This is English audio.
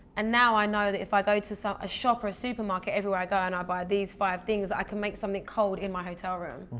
and now, i know that if i go to so a shop or a supermarket everywhere i go and i buy these five things, i can make something cold in my hotel room.